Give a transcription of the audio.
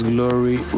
Glory